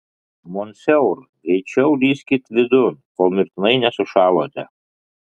monsieur greičiau lįskit vidun kol mirtinai nesušalote